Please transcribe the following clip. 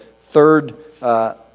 third